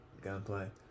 Gunplay